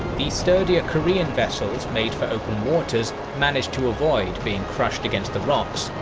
the sturdier korean vessels made for open waters managed to avoid being crushed against the rocks,